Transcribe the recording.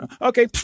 okay